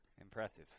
Impressive